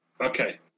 Okay